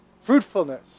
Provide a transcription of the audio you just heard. Fruitfulness